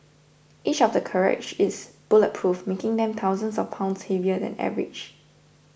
each of the carriages is bulletproof making them thousands of pounds heavier than average